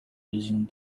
using